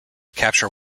capture